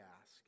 ask